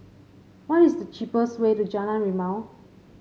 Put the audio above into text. what is the cheapest way to Jalan Rimau